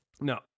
No